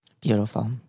Beautiful